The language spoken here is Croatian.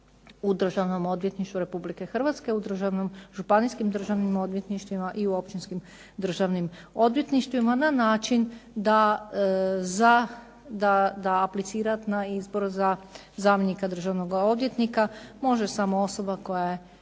u Državnom odvjetništvu Republike Hrvatske, u županijskim državnim odvjetništvima i u općinskim državnim odvjetništvima, na način da za, da aplicirat na izbor za zamjenika državnoga odvjetnika može samo osoba koja je